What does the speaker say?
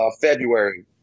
February